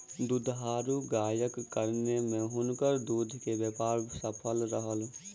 दुधारू गायक कारणेँ हुनकर दूध के व्यापार सफल रहल